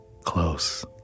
Close